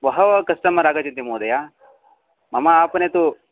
बहवः कस्टमर् आगच्छति महोदय मम आपणं तु